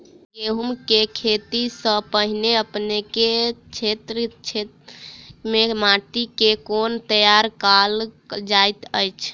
गेंहूँ केँ खेती सँ पहिने अपनेक केँ क्षेत्र मे माटि केँ कोना तैयार काल जाइत अछि?